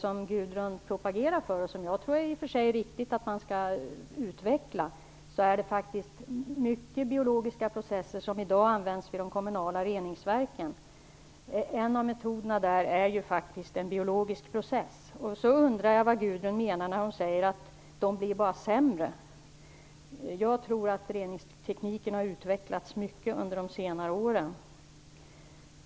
Lindvall propagerar för och som jag tror att det är riktigt att man bör utveckla. Biologiska processer används rätt mycket vid de kommunala reningsverken. En av metoderna där är ju faktiskt en biologisk process. Jag undrar också vad Gudrun Lindvall menar när hon säger att reningsverken bara blir sämre. Jag tror att reningstekniken har utvecklats mycket under senare år.